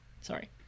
Sorry